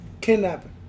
Kidnapping